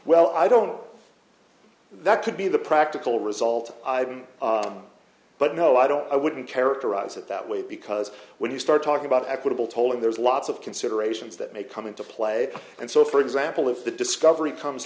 well i don't know that could be the practical result but no i don't i wouldn't characterize it that way because when you start talking about equitable tolling there's lots of considerations that may come into play and so for example if the discovery comes